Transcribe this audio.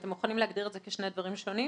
אתם מוכנים להגדיר את זה כשני דברים שונים?